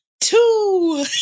two